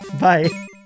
bye